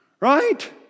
right